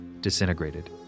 disintegrated